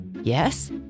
Yes